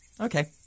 Okay